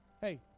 Hey